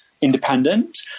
independent